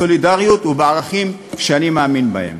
בסולידריות ובערכים שאני מאמין בהם.